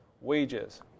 wages